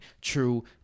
true